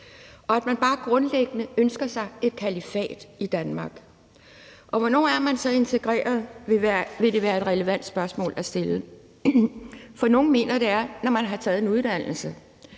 og at man bare grundlæggende ønsker sig et kalifat i Danmark. Hvornår er man så integreret? vil det være et relevant spørgsmål at stille. Nogle mener, at det er, når man har taget en uddannelse;